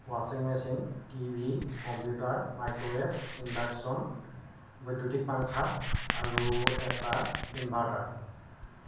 ৱাছিং machine TV computer microwave induction বৈদ্যুতিক পাংখা আৰু এটা ইনভাৰ্টাৰ